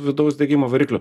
vidaus degimo variklių